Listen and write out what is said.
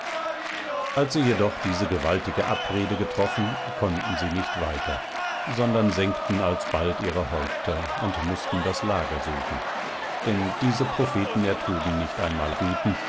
als sie jedoch diese gewaltige abrede getroffen konnten sie nicht weiter sondern senkten alsbald ihre häupter und mußten das lager suchen denn diese propheten ertrugen nicht einmal guten